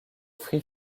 free